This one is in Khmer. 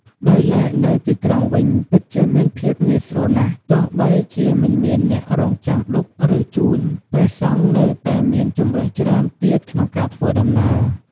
ដោយឡែកនៅទីក្រុងវិញ ពិតជាមានភាពងាយស្រួលណាស់ ទោះបីជាមិនមានអ្នករង់ចាំឌុប ឬ ជូន ព្រះសង្ឃនៅតែមានជម្រើសច្រើនទៀតក្នុងការធ្វើដំណើរ។